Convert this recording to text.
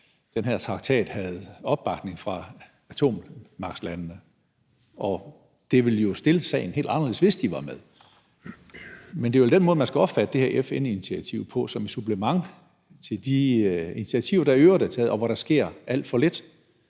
om den her traktat havde opbakning fra atommagtslandene. Og det ville stille sagen helt anderledes, hvis de var med. Men det er vel den måde, man skal opfatte det her FN-initiativ på, altså som et supplement til de initiativer, der i øvrigt er taget, og hvor der sker alt for lidt.